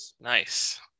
Nice